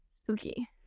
Spooky